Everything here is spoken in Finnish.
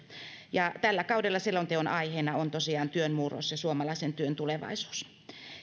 ja tällä kaudella selonteon aiheena on tosiaan työn murros ja suomalaisen työn tulevaisuus